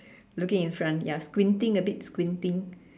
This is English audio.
looking in front ya squinting a bit squinting